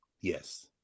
Yes